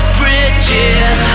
bridges